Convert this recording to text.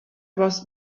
was